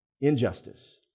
Injustice